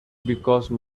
because